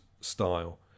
style